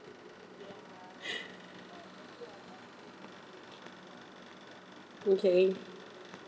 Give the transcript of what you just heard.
okay